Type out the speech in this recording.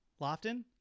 Lofton